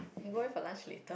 you go it for lunch late